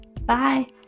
Bye